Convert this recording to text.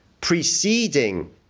preceding